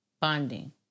bonding